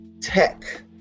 tech